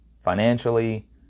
financially